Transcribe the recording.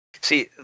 See